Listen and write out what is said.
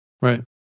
Right